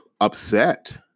upset